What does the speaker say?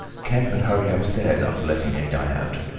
kemp had hurried upstairs after letting adye out,